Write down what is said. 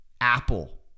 Apple